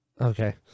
Okay